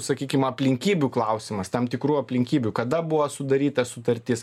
sakykim aplinkybių klausimas tam tikrų aplinkybių kada buvo sudaryta sutartis